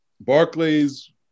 Barclays